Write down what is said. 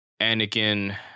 Anakin